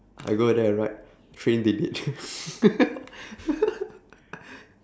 I go there and write train delayed